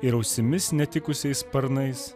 ir ausimis netikusiais sparnais